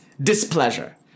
displeasure